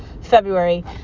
February